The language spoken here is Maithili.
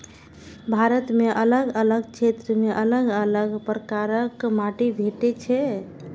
भारत मे अलग अलग क्षेत्र मे अलग अलग प्रकारक माटि भेटै छै